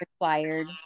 required